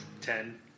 Ten